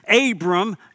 Abram